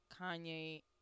Kanye